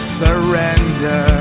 surrender